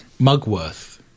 Mugworth